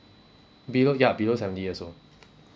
below ya below seventy years old